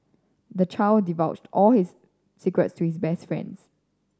the child divulged all his secrets to his best friend